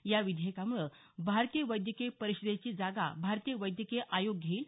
या विधेयकामुळे भारतीय वैद्यकीय परिषदेची जागा भारतीय वैद्यकीय आयोग घेईल